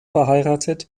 verheiratet